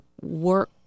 work